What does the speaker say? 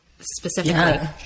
Specifically